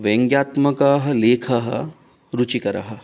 व्यङ्ग्यात्मकः लेखः रुचिकरः